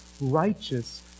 righteous